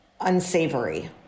unsavory